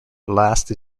blast